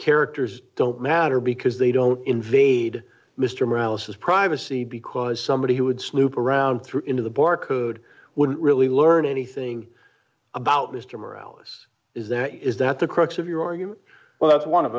characters don't matter because they don't invade mr morales has privacy because somebody who would sloop around through into the bar code wouldn't really learn anything about mr morality is that is that the crux of your argument well that's one of